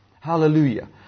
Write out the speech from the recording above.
Hallelujah